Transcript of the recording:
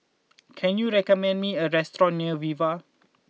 can you recommend me a restaurant near Viva